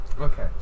Okay